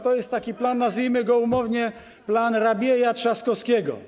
To jest taki plan, nazwijmy go umownie, Rabieja i Trzaskowskiego.